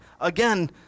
again